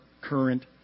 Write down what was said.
current